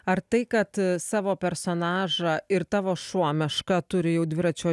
ar tai kad savo personažą ir tavo šuo meška turi jau dviračio